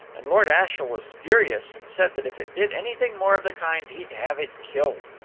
and lord ashiel was furious, and said that if it did anything more of the kind he'd have it killed.